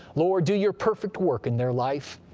lord, do your perfect work in their life,